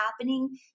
happening